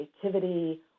creativity